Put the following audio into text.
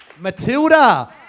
Matilda